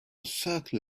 circle